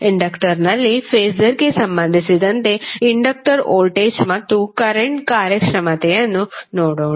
ಇಂಡಕ್ಟರ್ನಲ್ಲಿ ಫಾಸರ್ಗೆ ಸಂಬಂಧಿಸಿದಂತೆ inductor voltage ಮತ್ತು ಕರೆಂಟ್ ಕಾರ್ಯಕ್ಷಮತೆಯನ್ನು ನೋಡೋಣ